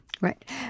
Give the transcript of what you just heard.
Right